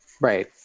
Right